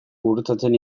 gurutzatzen